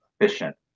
efficient